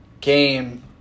game